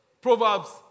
Proverbs